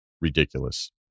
ridiculous